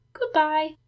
Goodbye